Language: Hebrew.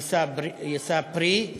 יישא פרי.